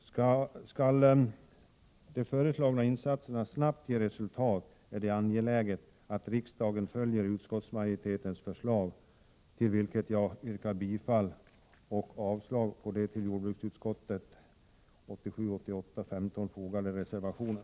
Skall de föreslagna insatserna snabbt ge resultat är det angeläget att riksdagen följer utskottsmajoritetens förslag. Jag yrkar bifall till detta och avslag på den vid jordbruksutskottets betänkande nr 15 fogade reservationen.